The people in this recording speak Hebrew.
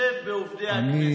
להתחשב בעובדי הכנסת.